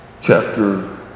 chapter